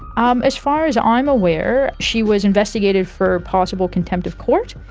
um as far as i'm aware she was investigated for possible contempt of court,